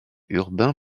urbain